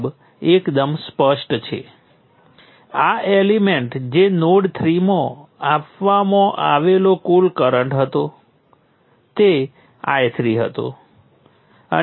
હવે વોલ્ટેજ સ્રોત અને વોલ્ટેજ સ્ત્રોત તરફના વોલ્ટેજ દ્વારા અહીં આ કરંટ વચ્ચે કોઈ સંબંધ નથી